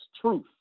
truth